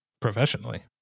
professionally